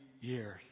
years